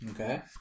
Okay